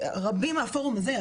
רבים מהפורום הזה,